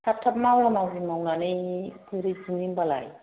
थाब थाब मावला मावलि मावनानै गुरैदिनि होनबालाय